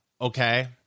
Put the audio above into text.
Okay